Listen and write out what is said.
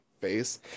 face